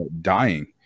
dying